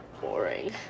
boring